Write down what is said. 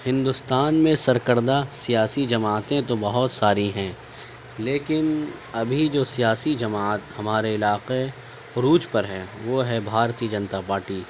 ہندوستان میں سرکردہ سیاسی جماعتیں تو بہت ساری ہیں لیکن ابھی جو سیاسی جماعت ہمارے علاقے عروج پر ہے وہ ہے بھارتیہ جنتا پارٹی